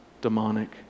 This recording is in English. demonic